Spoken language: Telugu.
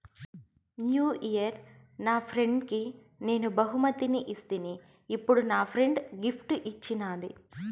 న్యూ ఇయిర్ నా ఫ్రెండ్కి నేను బహుమతి ఇస్తిని, ఇప్పుడు నా ఫ్రెండ్ గిఫ్ట్ ఇచ్చిన్నాది